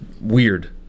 weird